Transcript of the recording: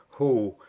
who,